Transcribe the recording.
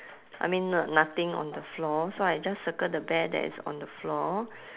I mean n~ nothing on the floor so I just circle the bear that is on the floor